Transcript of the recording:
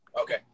Okay